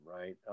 right